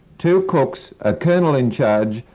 two cooks, a colonel in charge,